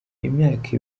imyaka